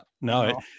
no